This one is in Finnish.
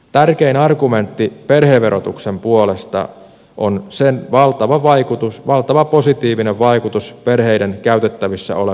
tärkein argumentti perheverotuksen puolesta on sen valtava positiivinen vaikutus perheiden käytettävissä oleviin tuloihin